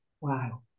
wow